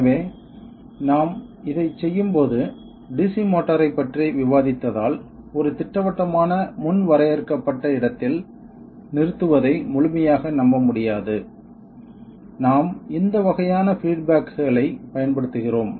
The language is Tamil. எனவே நாம் இதைச் செய்யும்போது டிசி மோட்டாரைப் பற்றி விவாதித்ததால் ஒரு திட்டவட்டமான முன் வரையறுக்கப்பட்ட இடத்தில் நிறுத்துவதை முழுமையாக நம்ப முடியாது நாம் இந்த வகையான பீட் பேக்களைப் பயன்படுத்துகிறோம்